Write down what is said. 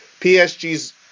PSG's